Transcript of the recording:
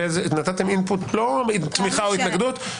נתתםin-put לא עם תמיכה או התנגדות.